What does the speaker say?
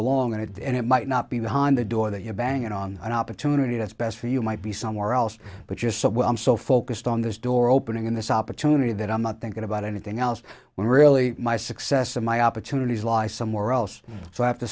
along and at the end it might not be behind the door that you're banging on an opportunity that's best for you might be somewhere else but you're so well i'm so focused on this door opening in this opportunity that i'm not thinking about anything else when really my success of my opportunities lies somewhere else so i have to